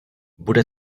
bude